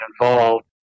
involved